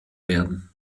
werden